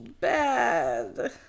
bad